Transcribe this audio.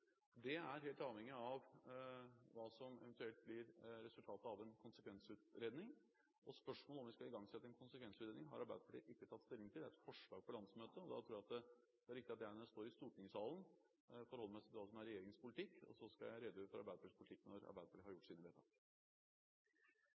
er helt avhengig av hva som eventuelt blir resultatet av en konsekvensutredning, og spørsmålet om vi skal igangsette en konsekvensutredning har ikke Arbeiderpartiet tatt stilling til – det er et forslag til landsmøtet. Da tror jeg det er riktig at jeg når jeg står i stortingssalen, forholder meg til hva som er regjeringens politikk, og så skal jeg redegjøre for Arbeiderpartiets politikk når Arbeiderpartiet har gjort